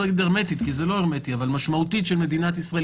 להגיד הרמטית כי זה לא הרמטי אבל משמעותית של מדינת ישראל,